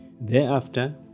Thereafter